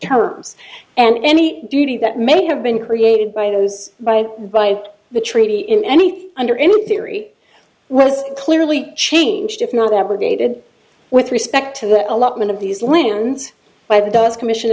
terms and any duty that may have been created by those by and by the treaty in anything under any theory was clearly changed if not ever dated with respect to the allotment of these lands by the does commission